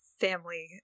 family